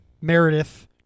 Meredith